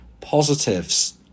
positives